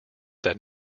that